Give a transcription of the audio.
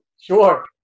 Sure